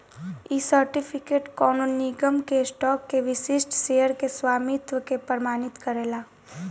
इ सर्टिफिकेट कवनो निगम के स्टॉक के विशिष्ट शेयर के स्वामित्व के प्रमाणित करेला